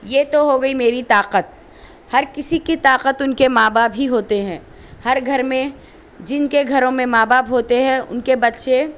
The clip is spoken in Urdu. یہ تو ہو گئی میری طاقت ہر کسی کی طاقت ان کے ماں باپ ہی ہوتے ہیں ہر گھر میں جن کے گھروں میں ماں باپ ہوتے ہے ان کے بچے